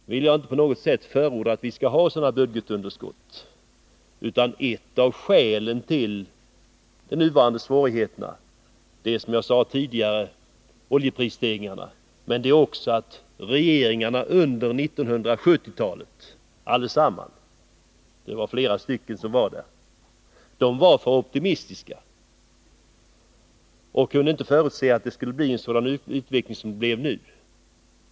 Nu vill jag inte på något sätt förorda att vi skall ha sådana budgetunderskott, utan ett av skälen till de nuvarande svårigheterna är, som jag sade tidigare, oljeprisstegringarna. Men det är också att regeringarna under 1970-talet — allesammans, och det var flera stycken — var för optimistiska och inte kunde förutse att det skulle bli en sådan utveckling som det nu blev.